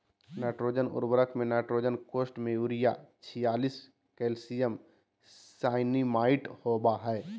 nitrogen उर्वरक में nitrogen कोष्ठ में यूरिया छियालिश कैल्शियम साइनामाईड होबा हइ